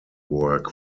work